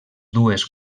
dues